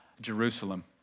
Jerusalem